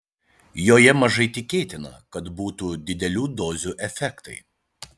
joje mažai tikėtina kad būtų didelių dozių efektai